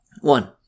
One